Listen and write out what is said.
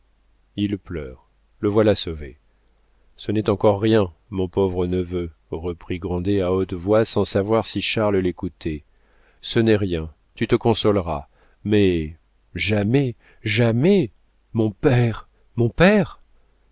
il pleure le voilà sauvé ce n'est encore rien mon pauvre neveu reprit grandet à haute voix sans savoir si charles l'écoutait ce n'est rien tu te consoleras mais jamais jamais mon père mon père